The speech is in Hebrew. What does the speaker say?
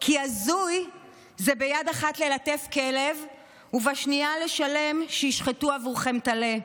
כי הזוי זה ביד אחת ללטף כלב ובשנייה לשלם שישחטו עבורכם טלה.